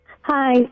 Hi